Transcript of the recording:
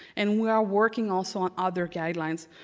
and we are working also on other guidelines.